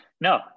No